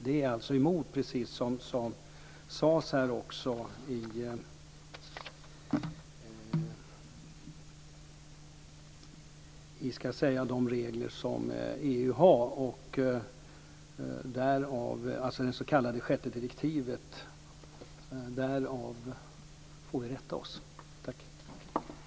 Det är emot, precis som sades här, de regler som EU har, dvs. det s.k. sjätte direktivet. Detta får vi rätta oss efter.